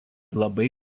labai